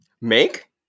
Make